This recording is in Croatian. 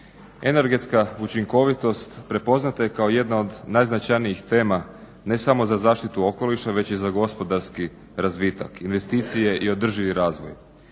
Energetska učinkovitost prepoznata je kao jedna od najznačajnijih tema ne samo za zaštitu okoliša već i za gospodarski razvitak, investicije i održivi razvoj.